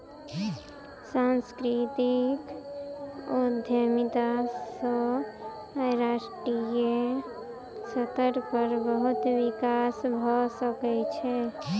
सांस्कृतिक उद्यमिता सॅ राष्ट्रीय स्तर पर बहुत विकास भ सकै छै